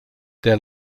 der